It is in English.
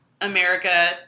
america